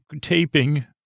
Taping